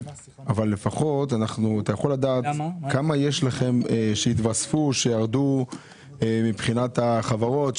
אבל לפחות אתה יכול לדעת כמה יש לכם שהתווספו או שירדו מבחינת החברות,